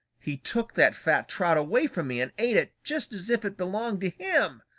he took that fat trout away from me and ate it just as if it belonged to him!